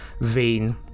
vein